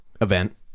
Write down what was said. event